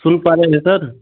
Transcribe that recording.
सुन पा रे हैं सर